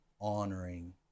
honoring